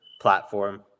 platform